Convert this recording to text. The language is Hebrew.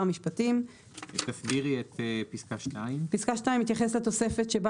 המשפטים."" תסבירי את פסקה 2. פסקה 2 מתייחסת לתוספת שבה